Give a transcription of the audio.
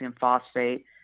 phosphate